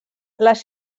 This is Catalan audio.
les